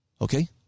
okay